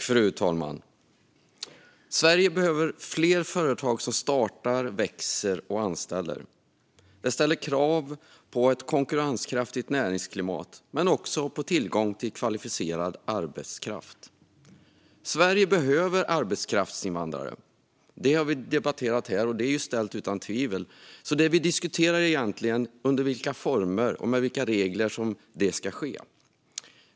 Fru talman! Sverige behöver fler företag som startar, växer och anställer. Det ställer krav på ett konkurrenskraftigt näringsklimat men också på tillgång till kvalificerad arbetskraft. Sverige behöver arbetskraftsinvandrare. Det har vi debatterat här, och det råder inga tvivel om den saken. Det vi egentligen diskuterar är under vilka former och med vilka regler som detta ska ske.